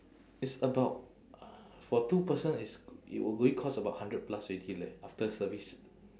it's about uh for two person it's it will going cost about hundred plus already leh after service